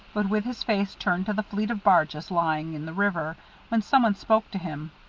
but with his face turned to the fleet of barges lying in the river when some one spoke to him.